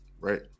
Right